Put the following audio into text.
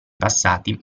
passati